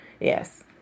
Yes